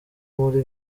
muri